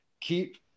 keep